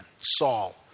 Saul